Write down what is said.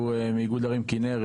שהוא מאיגוד ערים כנרת,